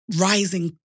rising